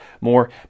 more